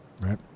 right